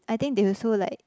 I think they also like